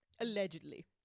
Allegedly